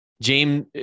James